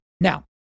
Now